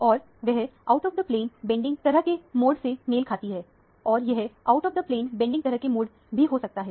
और वह out of plane bending तरह के मोड से मेल खाती है और यह आउट ऑफ प्लेन बेंडिंगतरह के मोड भी हो सकता है